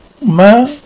ma